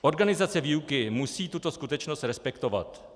Organizace výuky musí tuto skutečnost respektovat.